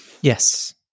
Yes